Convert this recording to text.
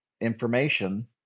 information